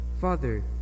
father